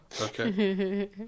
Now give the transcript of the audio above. Okay